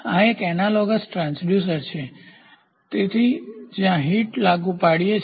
આ એક analogous transducer છે તેથી જ્યાં હીટ લાગુ પાડીયે છે